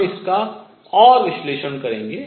हम इसका और विश्लेषण करेंगे